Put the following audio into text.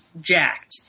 jacked